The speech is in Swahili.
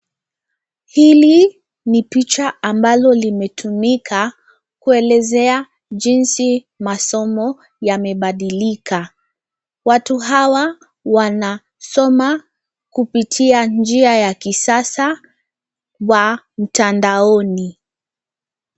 Hili ni picha ambalo limetumika kuelezea jinsi masomo yamebadilika. Watu hawa wanasoma kupitia njia ya kisasa wa mtandaoni.